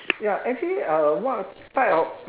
ya actually uh what type of